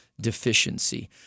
deficiency